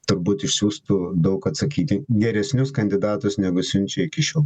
turbūt išsiųstų daug atsakyti geresnius kandidatus negu siunčia iki šiol